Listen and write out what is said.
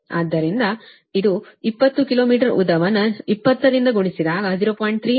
ಆದ್ದರಿಂದ ಇದು 20 ಕಿಲೋಮೀಟರ್ ಉದ್ದವನ್ನು 20 ರಿಂದ ಗುಣಿಸಿದಾಗ 0